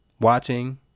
watching